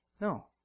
No